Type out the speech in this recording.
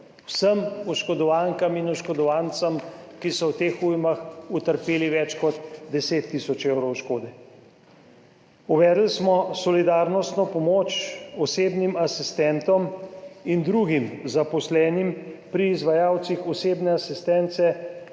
vsem oškodovankam in oškodovancem, ki so v teh ujmah utrpeli več kot 10 tisoč evrov škode. Uvedli smo solidarnostno pomoč osebnim asistentom in drugim zaposlenim pri izvajalcih osebne asistence,